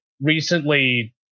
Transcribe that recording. recently